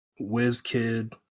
WizKid